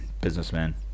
businessman